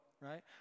right